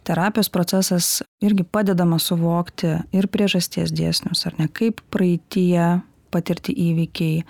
terapijos procesas irgi padedama suvokti ir priežasties dėsnius ar ne kaip praeityje patirti įvykiai